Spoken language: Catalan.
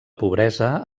pobresa